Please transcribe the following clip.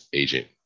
agent